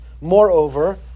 Moreover